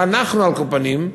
אנחנו, על כל פנים,